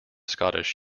scottish